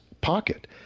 pocket